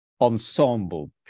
ensemble